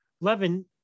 Levin